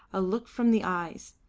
a look from the eyes,